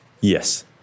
Yes